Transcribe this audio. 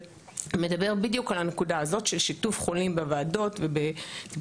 שמדבר בדיוק על הנקודה הזאת של שיתוף חולים בוועדות ובטיפולים.